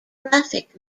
graphic